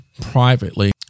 privately